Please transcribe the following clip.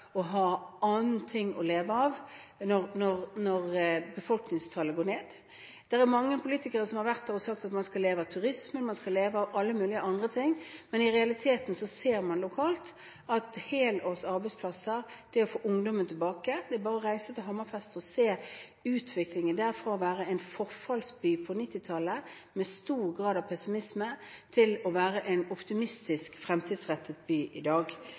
å ha noe annet å leve av når befolkningstallet går ned. Det er mange politikere som har sagt at man skal leve av turisme, man skal leve av alle mulige andre ting, men i realiteten ser man lokalt at det å få helårs arbeidsplasser, det å få ungdommen tilbake, er en utfordring. Det er bare å reise til Hammerfest og se utviklingen der. Byen gikk fra å være en forfallsby på 1990-tallet med stor grad av pessimisme til å være en optimistisk, fremtidsrettet by i dag.